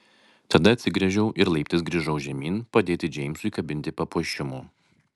tada apsigręžiau ir laiptais grįžau žemyn padėti džeimsui kabinti papuošimų